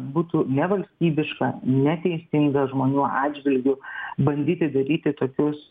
būtų nevalstybiška neteisinga žmonių atžvilgiu bandyti daryti tokius